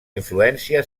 influència